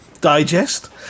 Digest